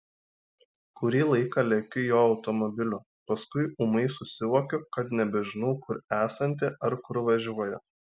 kurį laiką lekiu jo automobiliu paskui ūmai susivokiu kad nebežinau kur esanti ar kur važiuoju